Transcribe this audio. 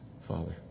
Father